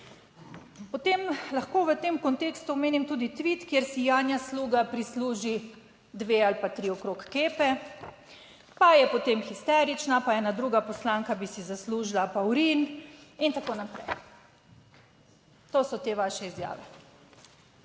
Potem lahko v tem kontekstu omenim tudi tvit, kjer si Janja Sluga prisluži dve ali pa tri okrog kepe, pa je potem histerična, pa ena druga poslanka bi si zaslužila apaurin in tako naprej. To so te vaše izjave,